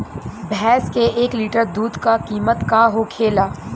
भैंस के एक लीटर दूध का कीमत का होखेला?